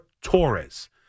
Torres